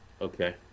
Okay